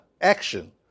action